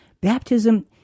baptism